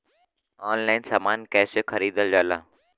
Online समान कैसे खरीदल जाला?